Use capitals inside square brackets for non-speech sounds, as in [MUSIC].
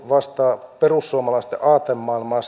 vastaa perussuomalaisten aatemaailmaa [UNINTELLIGIBLE]